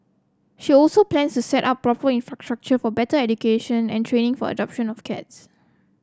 she also plans to set up proper infrastructure for better education and training for adoption of cats